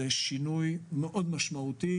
זה שינוי מאוד משמעותי.